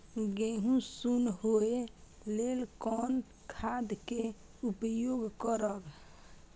गेहूँ सुन होय लेल कोन खाद के उपयोग करब?